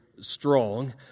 strong